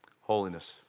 Holiness